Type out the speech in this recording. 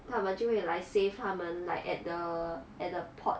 他们就会来 save 他们 like at the at the port